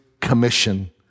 Commission